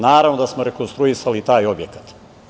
Naravno da smo rekonstruisali i taj objekat.